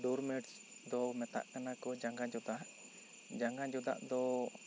doormats ᱫᱚ ᱢᱮᱛᱟᱜ ᱠᱟᱱᱟ ᱠᱚ ᱡᱟᱸᱜᱟ ᱡᱚᱫᱟᱜ ᱡᱟᱸᱜᱟ ᱡᱚᱫᱟᱜ ᱫᱚ